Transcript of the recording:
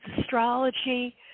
astrology